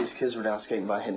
kids were down skating by, hitting